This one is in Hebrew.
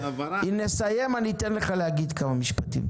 אם נסיים אני אתן לך להגיד כמה משפטים.